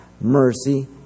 mercy